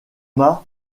mât